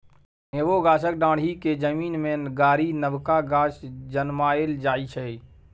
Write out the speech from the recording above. नेबो गाछक डांढ़ि केँ जमीन मे गारि नबका गाछ जनमाएल जाइ छै